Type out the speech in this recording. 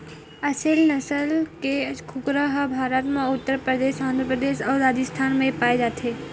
असेल नसल के कुकरा ह भारत म उत्तर परदेस, आंध्र परदेस अउ राजिस्थान म पाए जाथे